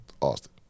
Austin